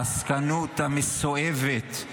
העסקנות המסואבת,